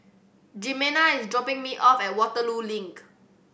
Jimena is dropping me off at Waterloo Link